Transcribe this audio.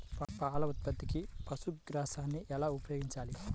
పాల ఉత్పత్తికి పశుగ్రాసాన్ని ఎలా ఉపయోగించాలి?